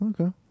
okay